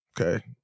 okay